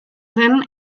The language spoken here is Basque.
zen